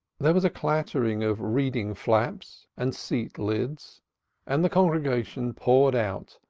there was a clattering of reading-flaps and seat-lids and the congregation poured out,